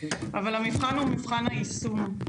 אבל המבחן הוא מבחן היישום.